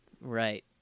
Right